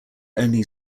only